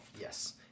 Yes